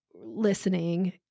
listening